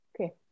okay